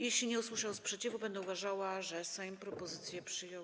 Jeśli nie usłyszę sprzeciwu, będę uważała, że Sejm propozycję przyjął.